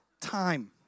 time